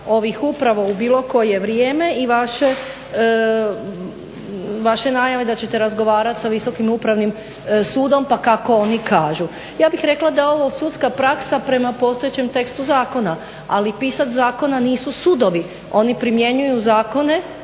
ovih uprava u bilo koje vrijeme i vaše najave da ćete razgovarat sa Visokim upravnim sudom pa kako oni kažu. Ja bih rekla da je ovo sudska praksa prema postojećem tekstu zakona, ali pisac zakona nisu sudovi, oni primjenjuju zakone